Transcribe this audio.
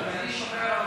אני שומר על,